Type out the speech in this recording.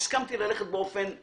אלא כי הסכמתי ללכת באופן מדוד.